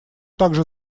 также